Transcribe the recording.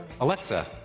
alexa,